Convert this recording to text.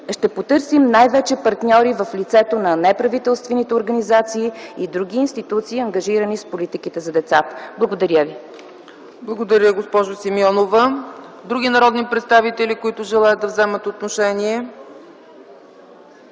ще потърсим най-вече партньори в лицето на неправителствените организации и други институции, ангажирани с политиките за децата. Благодаря ви. ПРЕДСЕДАТЕЛ ЦЕЦКА ЦАЧЕВА: Благодаря, госпожо Симеонова. Други народни представители, които желаят да вземат отношение?